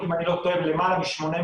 אם אני לא טועה למעלה מ-850,